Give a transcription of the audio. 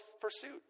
pursuit